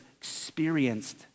experienced